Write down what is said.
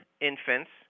infants